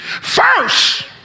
first